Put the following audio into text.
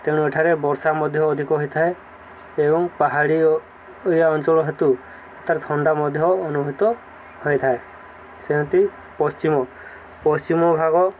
ତେଣୁ ଏଠାରେ ବର୍ଷା ମଧ୍ୟ ଅଧିକ ହେଇଥାଏ ଏବଂ ପାହାଡ଼ିଆ ଅଞ୍ଚଳ ହେତୁ ଏଠାରେ ଥଣ୍ଡା ମଧ୍ୟ ଅନୁଭୂତ ହୋଇଥାଏ ସେମିତି ପଶ୍ଚିମ ପଶ୍ଚିମ ଭାଗ